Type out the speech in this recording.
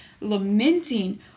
lamenting